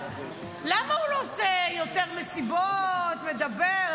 למה הוא לא עושה יותר מסיבות, מדבר?